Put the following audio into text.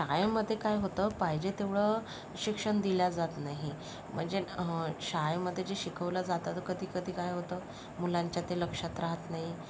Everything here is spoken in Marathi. शाळेमध्ये काय होतं पाहिजे तेवढं शिक्षण दिलं जात नाही म्हणजे शाळेमध्ये जे शिकवलं जातं त कधी कधी काय होतं मुलांच्या ते लक्षात राहत नाही